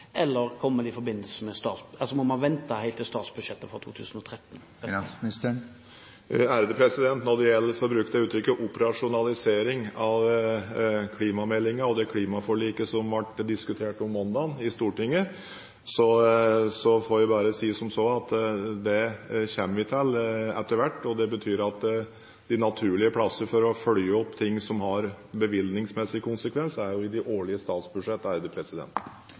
eller neste uke, eller må man vente helt til statsbudsjettet for 2013? Når det gjelder operasjonalisering – for å bruke det uttrykket – av klimameldingen og det klimaforliket som ble diskutert i Stortinget sist mandag: Dette kommer vi til etter hvert. Det betyr at de naturlige steder for å følge opp ting som har bevilgningsmessige konsekvenser, er jo i de årlige